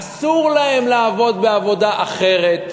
אסור להם לעבוד בעבודה אחרת,